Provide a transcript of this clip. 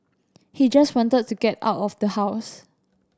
he just wanted to get out of the house